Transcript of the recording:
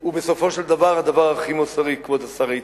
הוא בסופו של דבר הדבר הכי מוסרי, כבוד השר איתן.